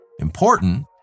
Important